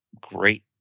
great